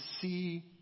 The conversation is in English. see